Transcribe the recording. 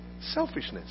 Selfishness